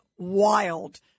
wild